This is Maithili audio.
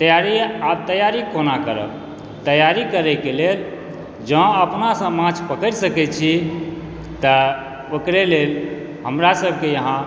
तैयारी आब तैयारी कोना करब तैयारी करैके लेल जॅं अहाँ अपनासँ माँछ पकरि सकै छी तऽ ओकरे लेल हमरा सब के यहाँ